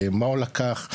מה הוא לקח,